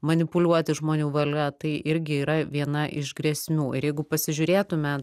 manipuliuoti žmonių valia tai irgi yra viena iš grėsmių ir jeigu pasižiūrėtume